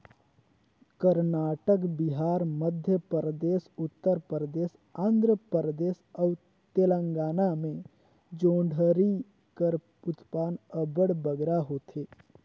करनाटक, बिहार, मध्यपरदेस, उत्तर परदेस, आंध्र परदेस अउ तेलंगाना में जोंढरी कर उत्पादन अब्बड़ बगरा होथे